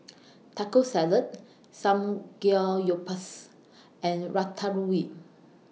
Taco Salad Samgeyopsal and Ratatouille